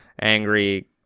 angry